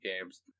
games